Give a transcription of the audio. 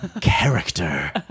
character